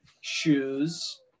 shoes